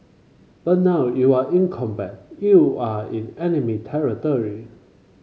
but now you're in combat you're in enemy territory